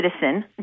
citizen